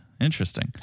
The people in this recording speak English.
Interesting